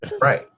Right